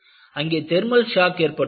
அங்கே thermal shock ஏற்பட்டுள்ளது